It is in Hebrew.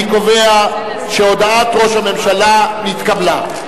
אני קובע שהודעת ראש הממשלה נתקבלה.